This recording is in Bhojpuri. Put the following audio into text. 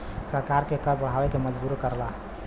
सरकार के कर बढ़ावे पे मजबूर करला